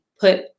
put